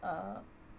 uh